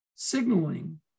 signaling